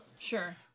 Sure